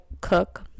cook